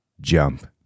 jump